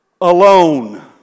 alone